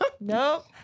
Nope